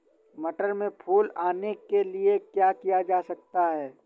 मटर में फूल आने के लिए क्या किया जा सकता है?